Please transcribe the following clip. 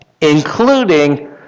including